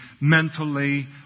mentally